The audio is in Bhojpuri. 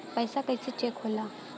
पैसा कइसे चेक होला?